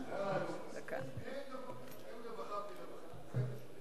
אין רווחה בלי רווחים.